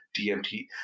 DMT